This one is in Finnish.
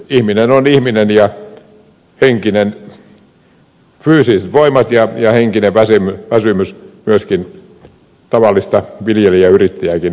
ihminen on ihminen ja fyysiset voimat ja henkinen väsymys myöskin tavallista viljelijäyrittäjääkin rasittaa